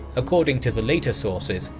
according to the later sources,